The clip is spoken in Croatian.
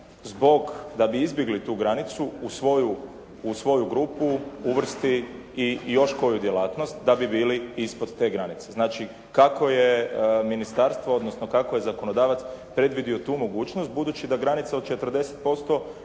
zbog da bi izbjegli tu granicu u svoju grupu uvrsti i još koju djelatnost, da bi bili ispod te granice. Znači, kako je ministarstvo, odnosno kako je zakonodavac predvidio tu mogućnost budući da granica od 40%